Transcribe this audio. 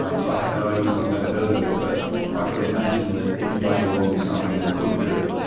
um so i have no evidence, i've never heard of it, but i could imagine that it may well be something that could occur.